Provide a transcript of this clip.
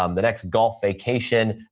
um the next golf vacation,